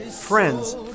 friends